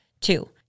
Two